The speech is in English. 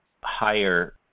higher